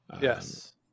Yes